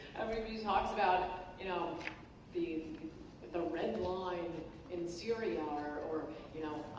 everybody talks about you know the the red line in syria ah or and or you know